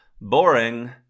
Boring